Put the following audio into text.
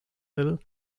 hill